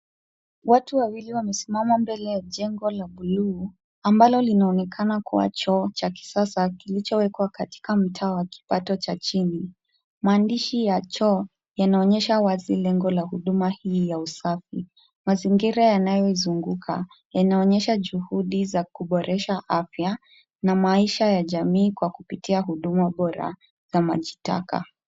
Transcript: Watu waili wamesimama mbele ya jengo la bluu ambalo linaonekana kuwa choo cha kisasa kilichowekwa katika mtaa wa kipato cha chini. Maandishi ya choo yanaonyesha wazi lengo la huduma hii ya usafi. Mazingira yanayoizunguka yanaonyesha juhudi za kuboresha afya, na maisha ya jamii kwa kupitia huduma bora za maji taka.